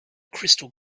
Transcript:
crystal